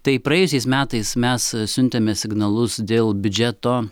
tai praėjusiais metais mes siuntėme signalus dėl biudžeto